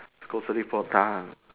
grocery for done